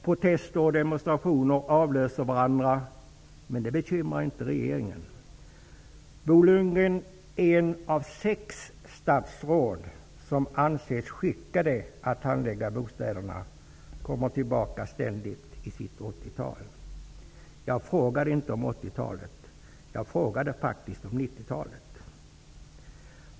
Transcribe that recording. Protester och demonstrationer avlöser varandra, men det bekymrar inte regeringen. Bo Lundgren, ett av sex statsråd som anses skickade att handlägga bostadsfrågorna, kommer ständigt tillbaka till sitt 80-tal. Jag frågade inte om 80-talet. Jag frågade faktiskt om 90-talet.